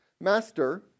master